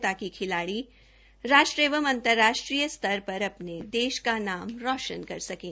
ताकि खिलाड़ी राष्ट्र एवं अंतर्राष्ट्रीय स्तर पर अपने देश का नाम रोशन कर सकें